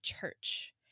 church